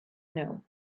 know